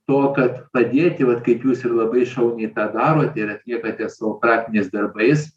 to kad padėti vat kaip jūs ir labai šauniai tą darote ir atliekate savo praktiniais darbais